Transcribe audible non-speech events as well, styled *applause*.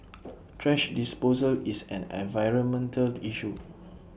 *noise* thrash disposal is an environmental issue